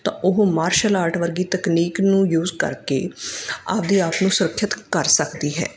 ਤਾਂ ਉਹ martial art ਵਰਗੀ ਤਕਨੀਕ ਨੂੰ ਯੂਜ਼ ਕਰਕੇ ਆਪਣੇ ਆਪ ਨੂੰ ਸੁਰੱਖਿਅਤ ਕਰ ਸਕਦੀ ਹੈ